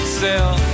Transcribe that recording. sell